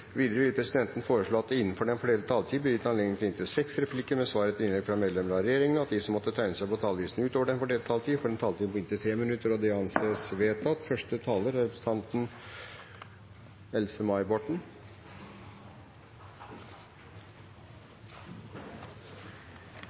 Videre vil presidenten foreslå at det – innenfor den fordelte taletid – blir gitt anledning til inntil seks replikker med svar etter innlegg fra medlemmer av regjeringen, og at de som måtte tegne seg på talerlisten utover den fordelte taletid, får en taletid på inntil 3 minutter. – Det anses vedtatt. Jeg er